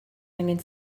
angen